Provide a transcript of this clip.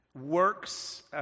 works